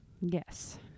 Yes